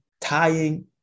tying